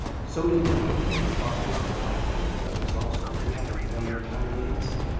so did he know that his father was in like manner desirous also, to have him found entirely innocent.